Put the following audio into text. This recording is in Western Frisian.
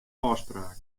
ôfspraak